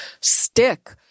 stick